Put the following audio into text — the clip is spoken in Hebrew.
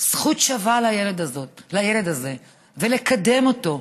זכות שווה לילד הזה ולקדם אותו,